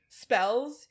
spells